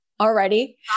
already